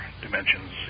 dimensions